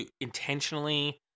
intentionally